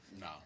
No